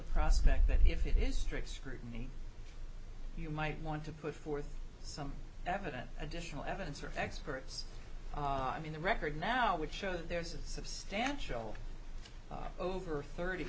prospect that if it is strict scrutiny you might want to put forth some evidence additional evidence or experts in the record now which shows there is a substantial over thirty